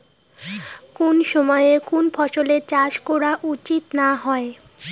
কুন সময়ে কুন ফসলের চাষ করা উচিৎ না হয়?